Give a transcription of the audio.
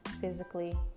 physically